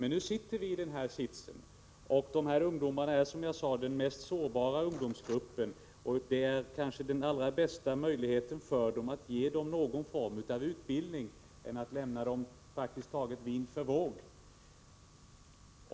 Nu sitter vi dock där vi sitter, och de ungdomar som det här gäller är, som jag sagt, den mest sårbara ungdomsgruppen. Det allra bästa för dem är kanske att ge dem någon form av utbildning, i stället för att lämna dem praktiskt taget vind för våg.